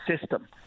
system